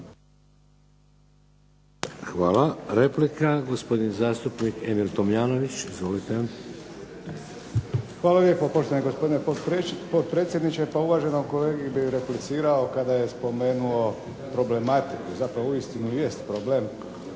Hvala. Replika, gospodin zastupnik Emil Tomljanović. Izvolite. **Tomljanović, Emil (HDZ)** Hvala lijepo poštovani gospodine potpredsjedniče. Pa uvaženom kolegi bi replicirao kada je spomenuo problematiku. Zapravo uistinu jest problem kada